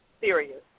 serious